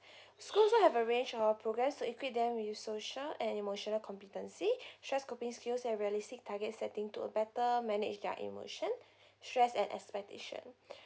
school also have a range of programs to equip them with social and emotional competency trust coping skills and realistic target setting to a better manage their emotion stress at expectation